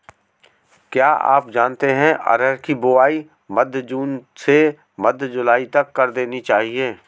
क्या आप जानते है अरहर की बोआई मध्य जून से मध्य जुलाई तक कर देनी चाहिये?